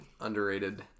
Underrated